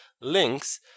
links